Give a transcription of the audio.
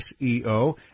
SEO